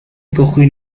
cojín